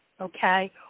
okay